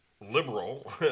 liberal